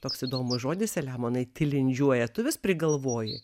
toks įdomus žodis saliamonai tilindžiuoja tu vis prigalvoji